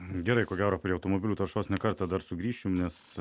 gerai ko gero prie automobilių taršos ne kartą dar sugrįšim nes